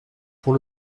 pour